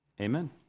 Amen